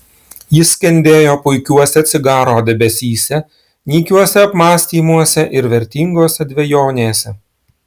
jis skendėjo puikiuose cigaro debesyse nykiuose apmąstymuose ir vertingose dvejonėse